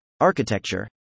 architecture